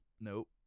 Nope